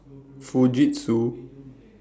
Fujitsu